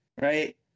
right